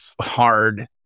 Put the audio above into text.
hard